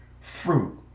fruit